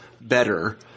better